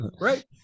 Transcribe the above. right